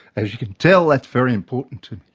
as you can tell, that's very important to